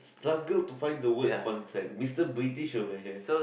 struggled to find the word contract Mister British over here